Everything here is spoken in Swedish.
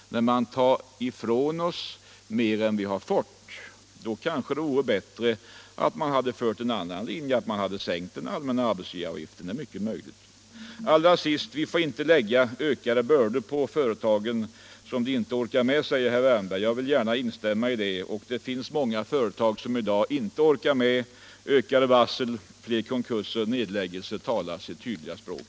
Man tar ifrån oss mer än vi har fått. Under sådana förhållanden vore det kanske bättre att följa en annan linje och sänka den allmänna arbetsgivaravgiften. Allra sist: Vi får inte lägga ökade bördor på företagen som de inte orkar med, säger herr Wärnberg. Jag vill gärna instämma. Det finns många företag i dag som inte orkar med. Ökade varsel, fler konkurser, nedläggelser talar sitt tydliga språk.